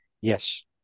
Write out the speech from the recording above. Yes